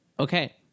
Okay